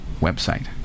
website